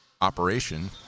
operation